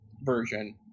version